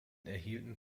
erhielten